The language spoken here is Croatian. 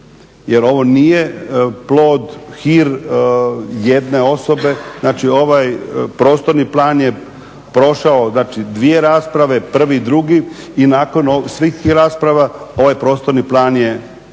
jer ovo nije plod, hir jedne osobe. Znači ovaj prostorni plan je prošao znači dvije rasprave prvi, drugi i nakon svih tih rasprava ovaj prostorni plan je prihvaćen.